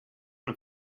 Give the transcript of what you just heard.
una